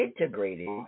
integrated